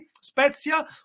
Spezia